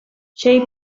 sei